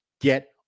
get –